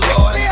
Lord